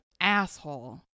asshole